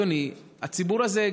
אדוני: הציבור הזה,